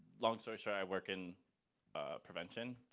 long story short, i work in prevention.